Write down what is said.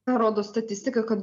ką rodo statistika kad